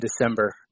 December